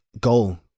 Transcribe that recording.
goal